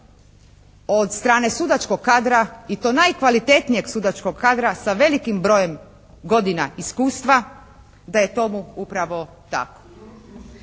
od strane sudačkog kadra i to najkvalitetnijeg sudačkog kadra sa velikim brojem godina iskustva da je tomu upravo tako.